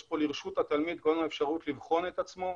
יש לרשות התלמיד כל הזמן אפשרות לבחון את עצמו.